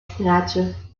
extraatje